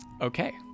Okay